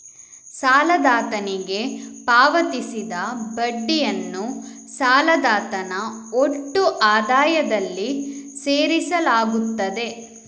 ಸಾಲದಾತನಿಗೆ ಪಾವತಿಸಿದ ಬಡ್ಡಿಯನ್ನು ಸಾಲದಾತನ ಒಟ್ಟು ಆದಾಯದಲ್ಲಿ ಸೇರಿಸಲಾಗುತ್ತದೆ